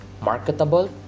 marketable